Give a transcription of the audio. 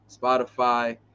Spotify